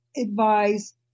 advise